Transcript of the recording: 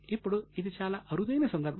ఇప్పుడు ఇది చాలా అరుదైన సందర్భం